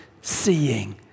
seeing